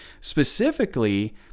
specifically